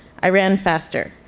i ran faster.